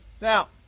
Now